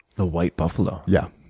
the white buffalo. yeah,